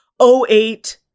08-